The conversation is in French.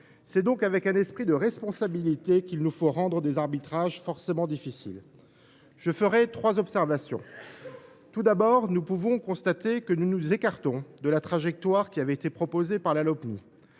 C’est donc avec un esprit de responsabilité qu’il faut rendre des arbitrages forcément difficiles. Je formulerai trois observations. Tout d’abord, nous constatons que nous nous écartons de la trajectoire fixée par la Lopmi.